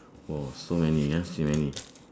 !wah! so many ya so many